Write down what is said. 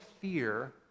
fear